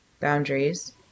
boundaries